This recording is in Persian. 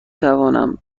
توانم